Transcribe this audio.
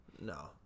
No